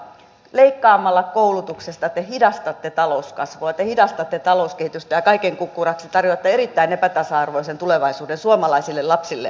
leikkaamalla koulutuksesta te hidastatte talouskasvua te hidastatte talouskehitystä ja kaiken kukkuraksi tarjoatte erittäin epätasa arvoisen tulevaisuuden suomalaisille lapsille ja nuorille